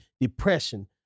depression